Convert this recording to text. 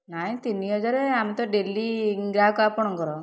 ନାଇଁ ତିନି ହଜାର ଆମେ ତ ଡେଲି ଗ୍ରାହକ ଆପଣଙ୍କର